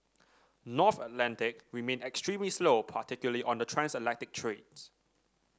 North Atlantic remained extremely slow particularly on the transatlantic trades